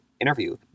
interview